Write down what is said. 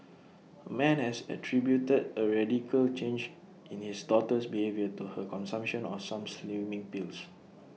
A man has attributed A radical change in his daughter's behaviour to her consumption of some slimming pills